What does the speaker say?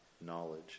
knowledge